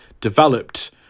developed